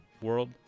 world